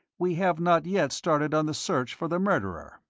we have not yet started on the search for the murderer.